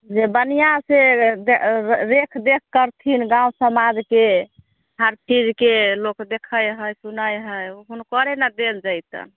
जे बढ़िआँसँ रेखदेख करथिन गाम समाजके हर चीजके लोक देखै हइ सुनै हइ हुनकरे ने देल जेतनि